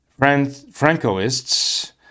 Francoists